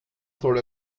soll